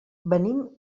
venim